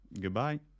Goodbye